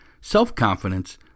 self-confidence